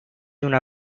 una